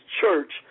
church